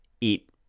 eat